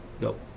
nope